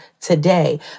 today